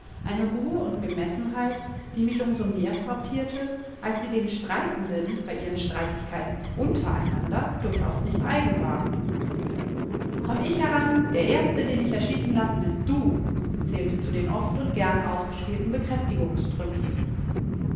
eine ruhe und gemessenheit die mich um so mehr frappierte als sie den streitenden bei ihren streitigkeiten unter einander durchaus nicht eigen war komm ich heran der erste den ich erschießen lasse bist du zählte zu den oft und gern ausgespielten